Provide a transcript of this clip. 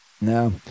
No